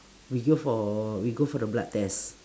we go for we go for the blood test